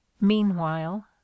meanwhile